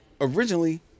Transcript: originally